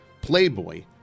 playboy